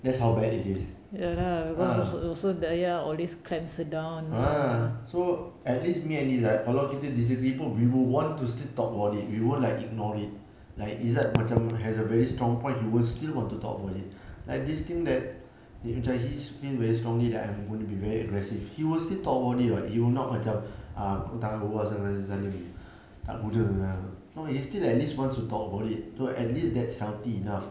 that's how bad it is ah so at least me and izat kalau kita disagree but we will want to still talk about it we won't like ignore it like izat macam has a very strong point he will still want to talk about it like this thing that macam he feels very strongly that I'm going to be very aggressive he will still talk about it what he will not macam um tak nak berbual dengan si salim no he still at least wants to talk about it so at least that's healthy enough